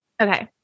Okay